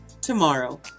tomorrow